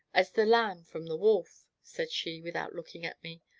as the lamb from the wolf, said she, without looking at me.